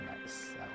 Nice